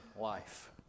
life